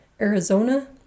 Arizona